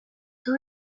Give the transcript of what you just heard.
two